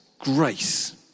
grace